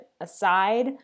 aside